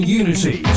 unity